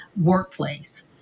workplace